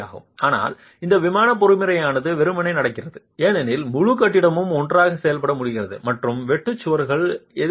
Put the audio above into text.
ஆனால் அந்த விமான பொறிமுறையானது வெறுமனே நடக்கிறது ஏனெனில் முழு கட்டிடமும் ஒன்றாக செயல்பட முடிகிறது மற்றும் வெட்டு சுவர்கள் எதிர்க்கின்றன